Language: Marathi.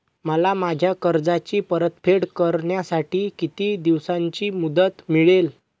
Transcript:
मला माझ्या कर्जाची परतफेड करण्यासाठी किती दिवसांची मुदत मिळेल?